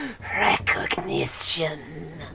recognition